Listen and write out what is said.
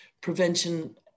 prevention